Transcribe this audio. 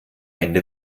ende